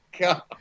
God